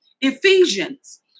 Ephesians